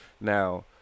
Now